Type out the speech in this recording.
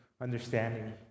understanding